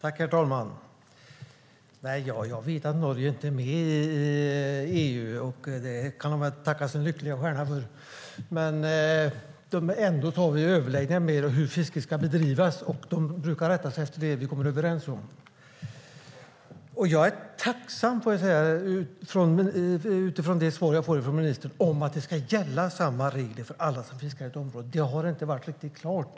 Herr talman! Jag vet att Norge inte är med i EU, och det kan de väl tacka sin lyckliga stjärna för. Men vi har ändå överläggningar med dem om hur fisket ska bedrivas, och de brukar rätta sig efter det vi kommer överens om. Jag är tacksam, utifrån det svar jag får från ministern, för att samma regler ska gälla för alla som fiskar i ett område. Det har inte varit riktigt klart.